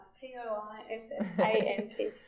P-O-I-S-S-A-N-T